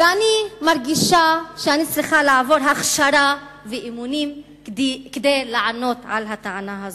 ואני מרגישה שאני צריכה לעבור הכשרה ואימונים כדי לענות על הטענה הזאת.